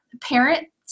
parents